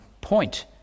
point